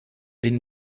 den